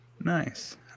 Nice